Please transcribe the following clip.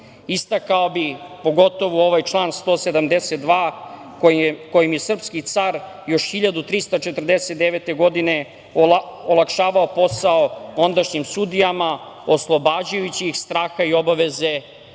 bih, pogotovo ovaj član 172. kojim je srpski car još 1349. godine olakšavao posao ondašnjim sudijama, oslobađajući ih straha i obaveze